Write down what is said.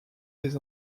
des